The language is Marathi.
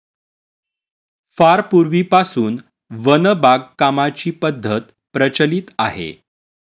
फार पूर्वीपासून वन बागकामाची पद्धत प्रचलित आहे